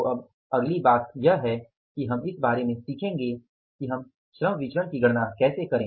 तो अब अगली बात यह है कि हम इस बारे में सीखेंगे कि हम श्रम विचरण की गणना कैसे करें